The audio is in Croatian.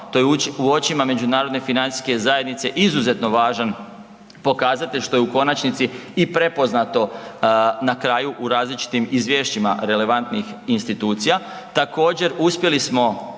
To je u očima međunarodne financijske zajednice izuzetno važan pokazatelj što je u konačnici i prepoznato na kraju u različitim izvješćima relevantnih institucija. Također uspjeli smo